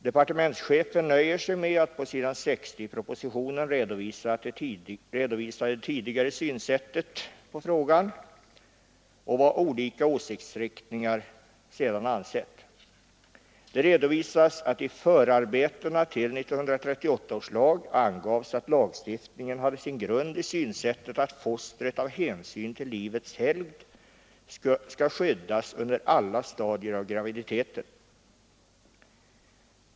Departementschefen nöjer sig med att på s.60 i propositionen redovisa det tidigare synsättet på frågan, och vad olika åsiktsriktningar sedan ansett. Det redovisas att det i förarbetena till 1938 års lag angavs att lagstiftningen hade sin grund i synsättet att fostret av hänsyn till livets helgd skall skyddas under alla stadier av graviditeten.